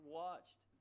watched